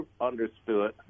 understood